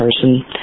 person